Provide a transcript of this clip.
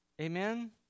Amen